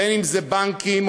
בין שזה בנקים,